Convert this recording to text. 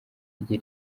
rye